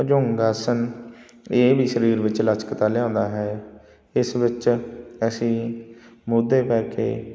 ਭੁਜੰਗ ਆਸਣ ਇਹ ਵੀ ਸਰੀਰ ਵਿੱਚ ਲਚਕਤਾ ਲਿਆਉਂਦਾ ਹੈ ਇਸ ਵਿੱਚ ਅਸੀਂ ਮੁੱਧੇ ਪੈ ਕੇ